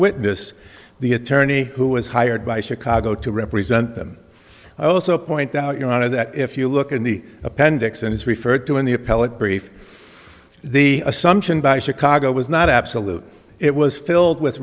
witness the attorney who was hired by chicago to represent them i also point out your honor that if you look at the appendix it is referred to in the appellate brief the assumption by chicago was not absolute it was filled with